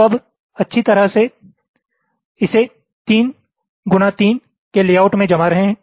तो अब अच्छी तरह से इसे 3 गुणा 3 के लेआउट में जमा रहे हैं